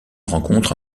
rencontre